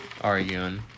arguing